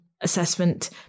assessment